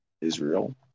Israel